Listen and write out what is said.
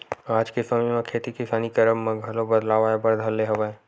आज के समे म खेती किसानी करब म घलो बदलाव आय बर धर ले हवय